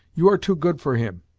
you are too good for him,